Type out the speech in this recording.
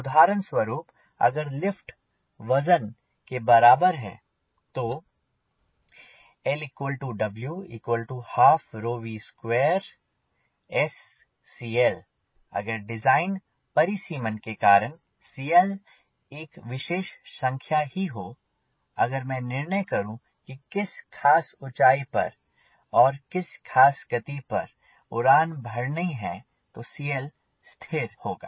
उदाहरण स्वरूप अगर लिफ्ट वजन के बराबर है तो L W 1 2 V 2 S C L अगर डिज़ाइन परिसीमन के कारण CL एक विशेष संख्या ही हो अगर मैं निर्णय करूँ कि किस खास ऊंचाई पर और किस खास गति पर उड़ान भरनी है तो S स्थिर होगा